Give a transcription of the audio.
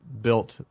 built